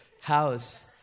house